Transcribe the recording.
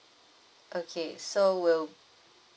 okay so will